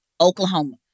Oklahoma